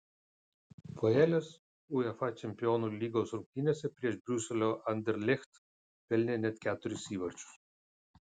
puolėjas uefa čempionų lygos rungtynėse prieš briuselio anderlecht pelnė net keturis įvarčius